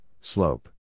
slope